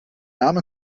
name